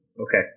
Okay